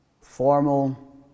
formal